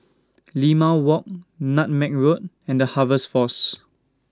Limau Walk Nutmeg Road and The Harvest Force